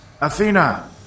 Athena